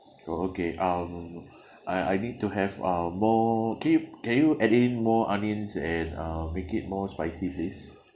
oh okay um I I need to have uh more can you can you add in more onions and uh make it more spicy please